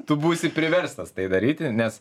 tu būsi priverstas tai daryti nes